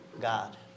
God